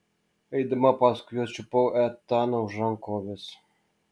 eidama paskui juos čiupau etaną už rankovės